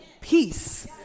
peace